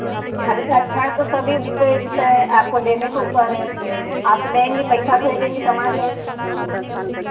अरे तो अच्छा है तो सभी बेचते हैं आपको लेने के ऊपर है आप लेंगे पैसा भेजेंगे सामान लेंगे